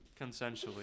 Consensually